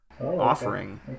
offering